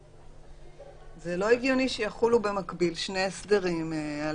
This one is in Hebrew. זה לא הגיוני שיחולו במקביל שני הסדרים על